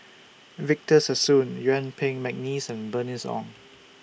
Victor Sassoon Yuen Peng Mcneice and Bernice Ong